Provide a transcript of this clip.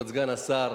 תודה, כבוד סגן השר,